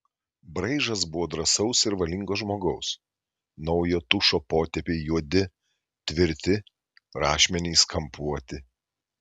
braižas buvo drąsaus ir valingo žmogaus naujo tušo potėpiai juodi tvirti rašmenys kampuoti